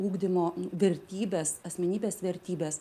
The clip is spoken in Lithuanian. ugdymo vertybes asmenybės vertybes